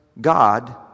God